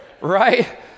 right